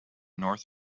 north